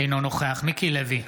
אינו נוכח מיקי לוי,